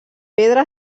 pedra